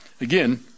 Again